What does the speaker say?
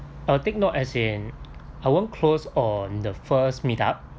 I'll take note as in I won't close on the first meetup